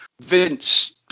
Vince